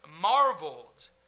marveled